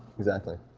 exactly,